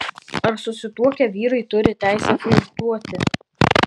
ar susituokę vyrai turi teisę flirtuoti